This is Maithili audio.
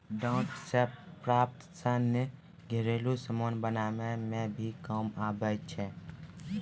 डांट से प्राप्त सन घरेलु समान बनाय मे भी काम आबै छै